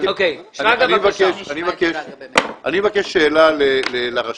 אני מבקש לשאול את הרשפ"ת.